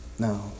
No